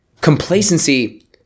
Complacency